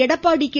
Edappadi K